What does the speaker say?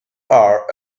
are